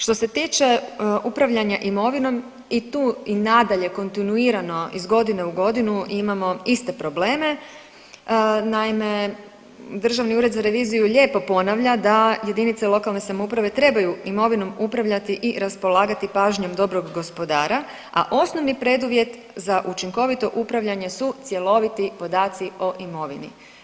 Što se tiče upravljanja imovinom i tu i nadalje kontinuirano iz godine u godinu imamo iste probleme, naime, Državni ured za reviziju lijepo ponavlja da jedinice lokalne samouprave trebaju imovinom upravljati i raspolagati pažnjom dobrog gospodara, a osnovni preduvjet za učinkovito upravljanje su cjeloviti podaci o imovini.